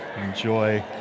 Enjoy